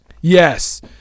Yes